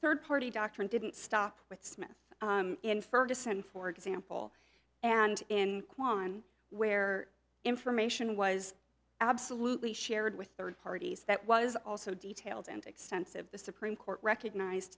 third party doctrine didn't stop with smith and ferguson for example and in kwan where information was absolutely shared with third parties that was also detailed and extensive the supreme court recognize